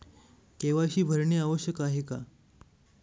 KYC भरणे आवश्यक आहे का?